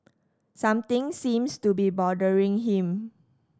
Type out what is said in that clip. something seems to be bothering him